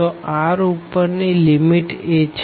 તો r ઉપર ની લીમીટ a છે